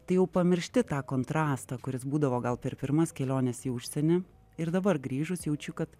tai jau pamiršti tą kontrastą kuris būdavo gal per pirmas keliones į užsienį ir dabar grįžus jaučiu kad